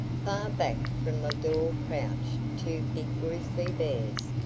far back from the door crouched two big grizzly bears.